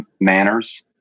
manners